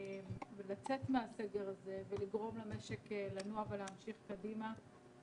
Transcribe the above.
לצאת מהסגר הזה ולגרום למשק לנוע ולהמשיך קדימה.